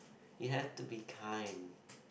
you have to be kind